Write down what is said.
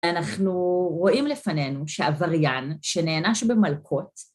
אנחנו רואים לפנינו שעבריין שנענש במלקות